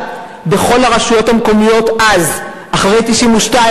לבחון את סוגיית התמיכה בתיאטרון "אל-מידאן"